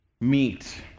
meat